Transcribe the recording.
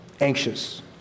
anxious